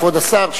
כבוד השר,